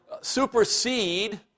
supersede